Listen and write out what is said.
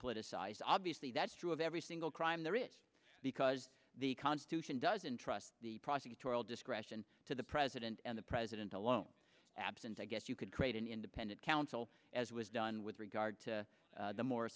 politicized obviously that's true of every single crime there is because the constitution doesn't trust the prosecutorial discretion to the president and the president alone absent i guess you could create an independent counsel as was done with regard to the mor